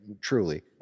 truly